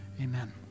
Amen